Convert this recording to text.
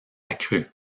accrue